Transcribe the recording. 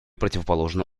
противоположно